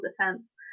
defense